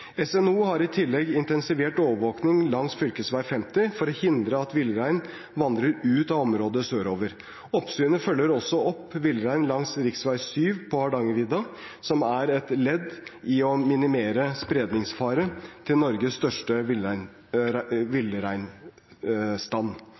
SNO har i tillegg intensivert overvåkning langs fv. 50 for å hindre at villrein vandrer ut av området sørover. Oppsynet følger også opp villrein langs rv. 7 på Hardangervidda som et ledd i å minimere spredningsfare til Norges største villreinbestand. For å hindre mulig kontakt mellom villrein